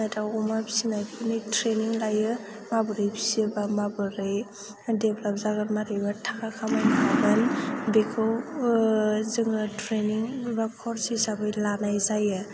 दाउ अमा फिसिनायफोरनि ट्रेनिं लायो माबोरै फिसियोबा माबोरै डेभल'प जागोन मारैबा थाखा खामायनो हागोन बेखौ जोङो ट्रेनिं एबा कर्स हिसाबै लानाय जायो